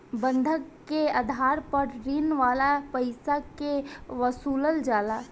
बंधक के आधार पर ऋण वाला पईसा के वसूलल जाला